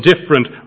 different